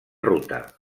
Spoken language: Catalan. ruta